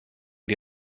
die